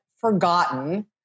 forgotten